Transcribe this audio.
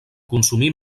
consumir